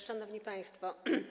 Szanowni Państwo!